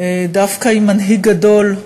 דווקא עם מנהיג גדול,